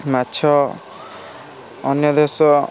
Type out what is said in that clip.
ମାଛ ଅନ୍ୟ ଦେଶ